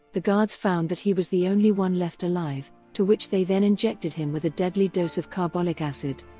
the guards found that he was the only one left alive, to which they then injected him with a deadly dose of carbolic acid.